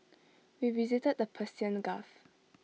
we visited the Persian gulf